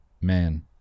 man